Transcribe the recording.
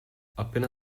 appena